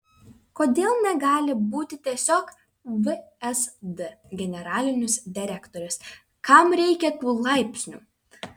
kodėl negali būti tiesiog vsd generalinis direktorius kam reikia tų laipsnių